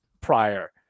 prior